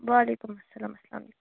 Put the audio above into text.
وعلیکُم السلام السلامُ